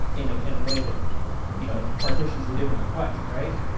in ah in a way that you know partitions the different requests, right?